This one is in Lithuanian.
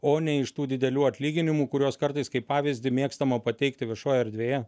o ne iš tų didelių atlyginimų kuriuos kartais kaip pavyzdį mėgstama pateikti viešoj erdvėje